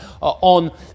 on